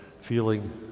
feeling